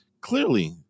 clearly